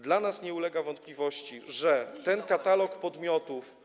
Dla nas nie ulega wątpliwości, że ten katalog podmiotów.